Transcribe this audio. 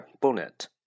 bonnet